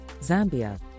Zambia